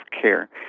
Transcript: care